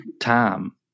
time